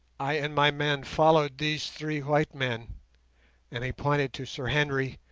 i and my men followed these three white men and he pointed to sir henry,